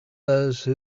those